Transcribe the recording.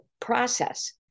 process